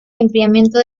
enfriamiento